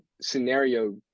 scenario